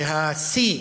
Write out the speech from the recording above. והשיא,